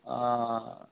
অ